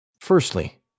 firstly